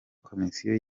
komisiyo